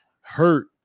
hurt